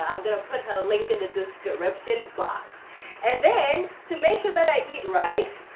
i'm gonna put her link in the description box and then to make sure that i eat right.